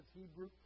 Hebrew